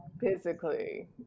Physically